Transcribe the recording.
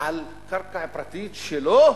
על קרקע פרטית שלו,